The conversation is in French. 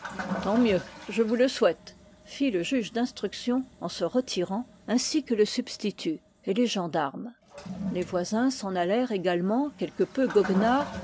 tant mieux je vous le souhaite fit le juge d'instruction en se retirant ainsi que le substitut et les gendarmes les voisins s'en allèrent également quelque peu goguenards